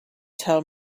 tell